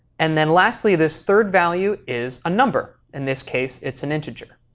and then lastly this third value is a number. in this case, it's an integer.